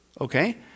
okay